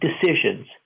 decisions